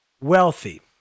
Wealthy